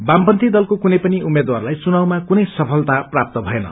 वामपन्थी दलको कुनै पनि उम्मेद्वारलाई चुनावमा कुनै सफलता प्राप्त ीाएन